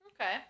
okay